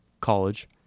college